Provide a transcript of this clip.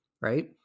right